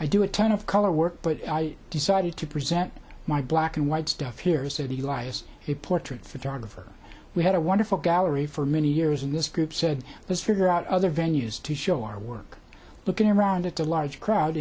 i do a ton of color work but i decided to present my black and white stuff here to city life as a portrait photographer we had a wonderful gallery for many years in this group said let's figure out other venues to show our work looking around at the large crowd